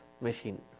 machine